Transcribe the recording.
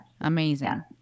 amazing